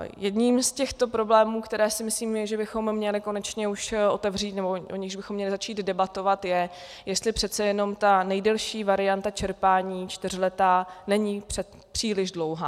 Jedním z těchto problémů, které si myslíme, že bychom měli konečně už otevřít, nebo o nichž bychom měli začít debatovat, je, jestli přece jenom ta nejdelší varianta čerpání, čtyřletá, není příliš dlouhá.